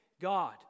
God